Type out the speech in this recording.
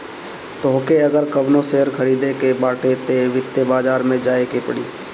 तोहके अगर कवनो शेयर खरीदे के बाटे तअ वित्तीय बाजार में जाए के पड़ी